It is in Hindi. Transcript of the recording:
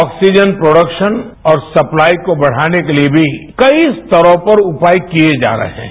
ऑक्सीजन प्रोडक्शन और सप्लाई को बढ़ाने के लिए भी कई सर्वोपरि उपाय किए जा रहे हैं